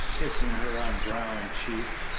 kissing her on brow and cheek,